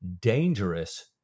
Dangerous